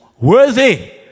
worthy